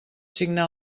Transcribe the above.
signar